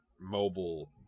mobile